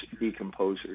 decomposers